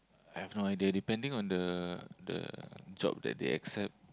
I've no idea depending on the the job that they accept